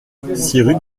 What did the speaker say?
rue